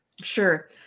Sure